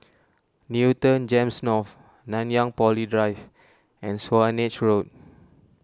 Newton Gems North Nanyang Poly Drive and Swanage Road